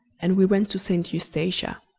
and we went to st. eustatia.